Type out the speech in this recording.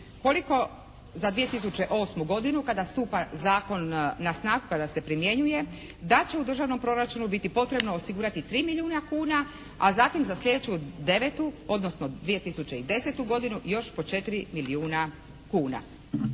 koliko za 2008. godinu kada stupa zakon na snagu, kada se primjenjuje da će u državnom proračunu biti potrebno osigurati 3 milijuna kuna, a zatim za sljedeću devetu odnosno 2010. godinu još po 4 milijuna kuna.